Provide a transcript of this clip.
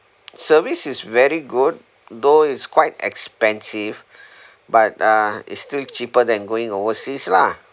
service is very good though it's quite expensive but uh it's still cheaper than going overseas lah